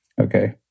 okay